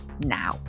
now